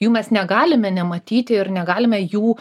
jų mes negalime nematyti ir negalime jų